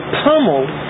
pummeled